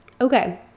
okay